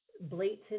blatant